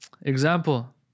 Example